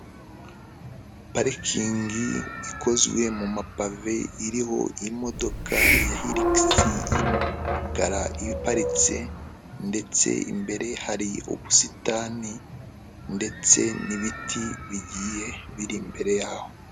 Parikingi ikozwe mu mapave iriho imodoka ya hirikisi y'umukara iparitse ndetse imbere hari ubusitani ndetse n'ibiti bigiye biri imbere yaho.